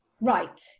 right